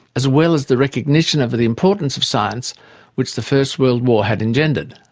as well as the recognition of the importance of science which the first world war had engendered.